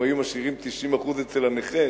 אם היו משאירים 90% אצל הנכה